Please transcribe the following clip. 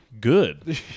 good